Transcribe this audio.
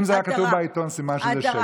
אם זה היה כתוב בעיתון סימן שזה שקר.